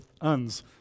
uns